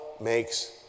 makes